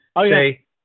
say